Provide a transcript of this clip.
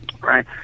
Right